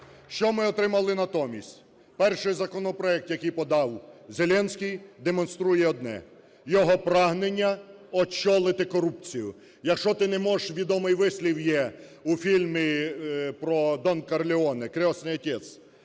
Що ми отримали натомість? Перший законопроект, який подав Зеленський, демонструє одне – його прагнення очолити корупцію. Якщо ти не можеш… Відомий вислів є у фільмі про Дона Корлеоне "Крестный отец":